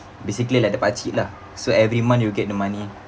basically like the pakcik lah so every month you get the money